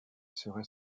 serait